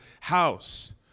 house